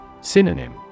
Synonym